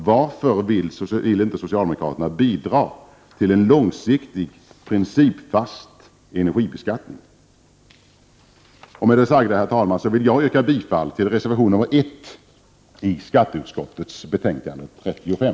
Varför vill inte socialdemokraterna bidra till en långsiktig principfast energibeskattning? Med det sagda, herr talman, vill jag yrka bifall till reservation nr 1 vid skatteutskottets betänkande nr 35.